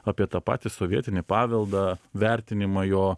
apie tą patį sovietinį paveldą vertinimą jo